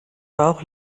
bauch